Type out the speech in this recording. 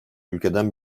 ülkeden